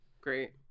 Great